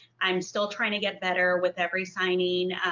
i'm still trying to get better with every signing.